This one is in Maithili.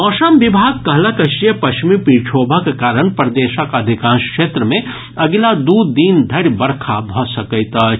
मौसम विभाग कहलक अछि जे पश्चिमी विक्षोभक कारण प्रदेशक अधिकांश क्षेत्र मे अगिला दू दिन धरि बरखा भऽ सकैत अछि